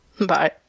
Bye